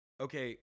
Okay